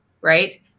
right